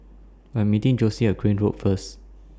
I'm meeting Jossie At Crane Road First